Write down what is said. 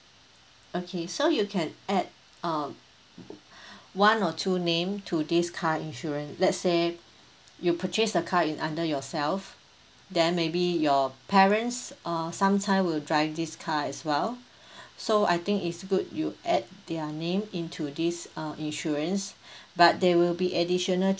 okay so you can add uh one or two name to this car insurance let's say you purchase the car in under yourself then maybe your parents uh sometime will drive this car as well so I think it's good you add their name into this uh insurance but there will be additional